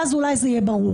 ואז אולי זה יהיה ברור.